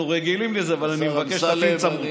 אנחנו רגילים לזה, אבל אני מבקש שתפעיל את